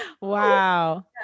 Wow